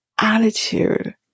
attitude